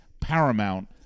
paramount